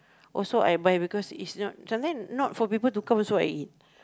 also I buy because it's not sometime not for people to come also I eat